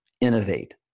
innovate